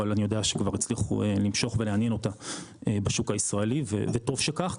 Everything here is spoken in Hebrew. אבל אני יודע שכבר הצליחו למשוך ולעניין אותה בשוק הישראלי וטוב שכך,